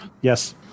Yes